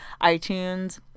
itunes